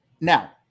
now